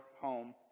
home